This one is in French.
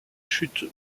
chute